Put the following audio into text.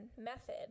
method